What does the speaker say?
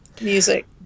music